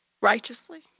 righteously